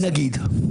נגיד.